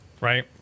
right